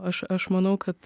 aš aš manau kad